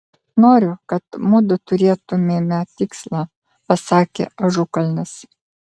noriu kad mudu turėtumėme tikslą pasakė ažukalnis